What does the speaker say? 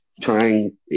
trying